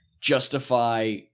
justify